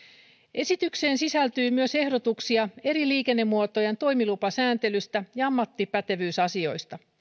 esitykseen sisältyy myös ehdotuksia eri liikennemuotojen toimilupasääntelystä ja ammattipätevyysasioista